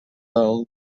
del